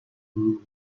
محو